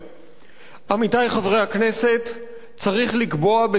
עמיתי חברי הכנסת, צריך לקבוע בצורה ברורה: